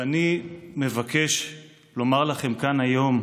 ואני מבקש לומר לכם כאן היום: